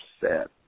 set